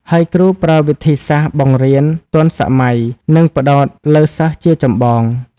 ហើយគ្រូប្រើវិធីសាស្ត្របង្រៀនទាន់សម័យនិងផ្តោតលើសិស្សជាចម្បង។